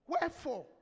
Wherefore